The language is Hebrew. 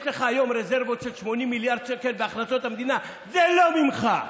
יש לך היום רזרבות של 80 מיליארד שקל בהכנסות המדינה וזה לא ממך,